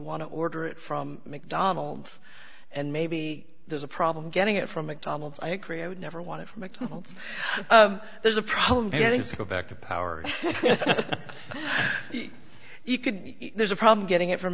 want to order it from mcdonald's and maybe there's a problem getting it from mcdonald's i agree i would never want it for mcdonald's there's a problem getting to go back to power yeah you can there's a problem getting it from